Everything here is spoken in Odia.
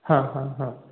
ହଁ ହଁ ହଁ